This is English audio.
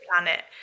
planet